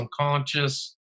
unconscious